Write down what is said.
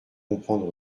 comprendre